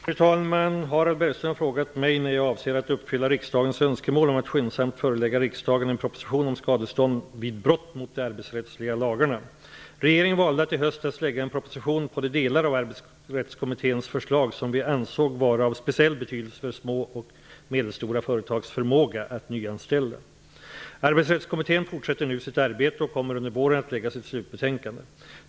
Fru talman! Harald Bergström har frågat mig när jag avser att uppfylla riksdagens önskemål om att skyndsamt förelägga riksdagen en proposition om skadestånd vid brott mot de arbetsrättsliga lagarna. Regeringen valde att i höstas lägga en proposition på de delar av Arbetsrättskommitténs förslag som vi ansåg vara av speciell betydelse för små och medelstora företags förmåga att nyanställa. Arbetsrättskommittén fortsätter nu sitt arbete och kommer under våren att lägga sitt slutbetänkande.